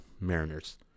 Mariners